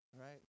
right